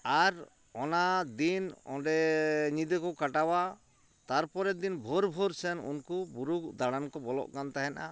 ᱟᱨ ᱚᱱᱟ ᱫᱤᱱ ᱚᱸᱰᱮ ᱧᱤᱫᱟᱹ ᱠᱚ ᱠᱟᱴᱟᱣᱟ ᱛᱟᱨᱯᱚᱨᱮᱫ ᱫᱤᱱ ᱵᱷᱳᱨ ᱵᱷᱳᱨ ᱥᱮᱱ ᱩᱱᱠᱩ ᱵᱩᱨᱩ ᱫᱟᱬᱟᱱ ᱠᱚ ᱵᱚᱞᱚᱜ ᱠᱟᱱ ᱛᱟᱦᱮᱸᱫᱼᱟ